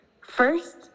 First